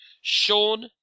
Sean